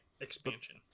expansion